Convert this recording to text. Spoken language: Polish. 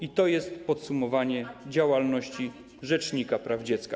I to jest podsumowanie działalności rzecznika praw dziecka.